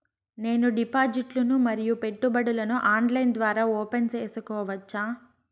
నేను డిపాజిట్లు ను మరియు పెట్టుబడులను ఆన్లైన్ ద్వారా ఓపెన్ సేసుకోవచ్చా?